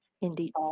Indeed